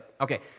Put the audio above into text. Okay